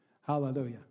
Hallelujah